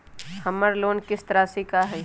हमर लोन किस्त राशि का हई?